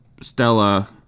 Stella